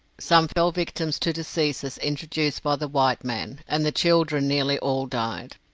some fell victims to diseases introduced by the white men, and the children nearly all died.